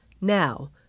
Now